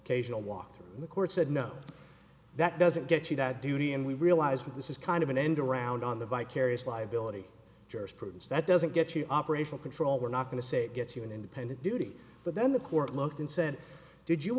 occasional walk through the court said no that doesn't get to that duty and we realized that this is kind of an end around on the vicarious liability jurisprudence that doesn't get you operational control we're not going to say it gets you an independent duty but then the court looked and said did you